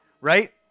Right